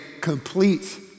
complete